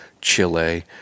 chile